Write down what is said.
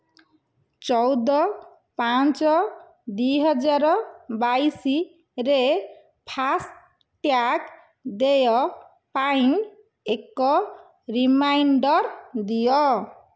ଚଉଦ ପାଞ୍ଚ ଦୁଇ ହଜାର ବାଇଶରେ ଫାଷ୍ଟ ଟ୍ୟାଗ୍ ଦେୟ ପାଇଁ ଏକ ରିମାଇଣ୍ଡର୍ ଦିଅ